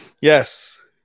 Yes